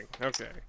Okay